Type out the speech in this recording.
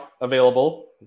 available